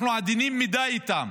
אנחנו עדינים מדי איתם,